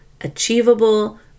achievable